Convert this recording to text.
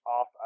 off